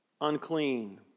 unclean